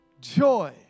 joy